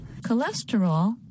Cholesterol